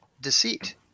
deceit